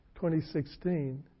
2016